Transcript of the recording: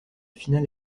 finale